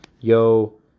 Yo